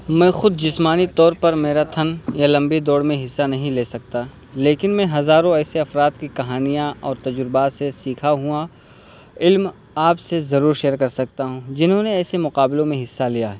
میں خود جسمانی طور پر میراتھن یا لمبی دوڑ میں حصہ نہیں لے سکتا لیکن میں ہزاروں ایسے افراد کی کہانیاں اور تجربات سے سیکھا ہوا علم آپ سے ضرور شیئر کر سکتا ہوں جنہوں نے ایسے مقابلوں میں حصہ لیا ہے